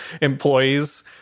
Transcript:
employees